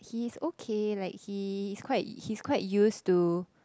he's okay like he's quite he's quite used to